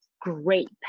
great